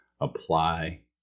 apply